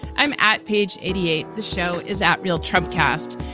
i'm at page eighty eight. the show is at real trump cast.